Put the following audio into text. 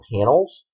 panels